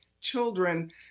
children